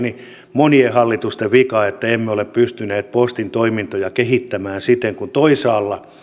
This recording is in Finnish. monien hallitusten vika että emme ole pystyneet postin toimintoja kehittämään kun toisaalla